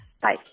Bye